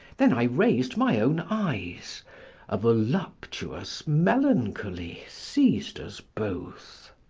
then i raised my own eyes a voluptuous melancholy seized us both.